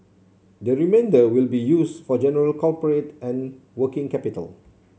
the remainder will be used for general corporate and working capital